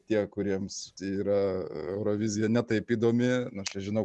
tie kuriems yra eurovizija ne taip įdomi nors čia žinau